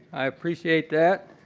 i appreciate that.